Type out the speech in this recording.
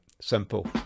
simple